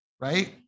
right